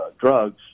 drugs